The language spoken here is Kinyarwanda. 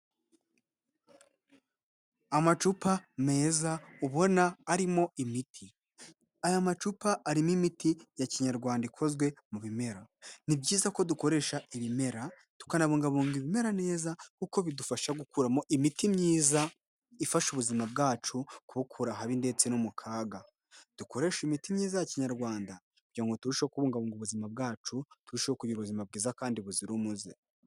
Amacupa meza ubona arimo imiti aya macupa arimo imiti ya kinyarwanda ikozwe mu bimera ni byiza ko dukoresha ibimera tukanabungabunga ibimera neza kuko bidufasha gukuramo imiti myiza ifasha ubuzima bwacu kubukura ahabi ndetse no mu kaga ,dukoreshe imiti myiza ya kinyarwanda kugira ngo turusheho kubungabunga ubuzima bwacu bwiza kandi buzira umuze.